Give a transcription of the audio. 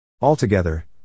Altogether